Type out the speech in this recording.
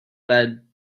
bed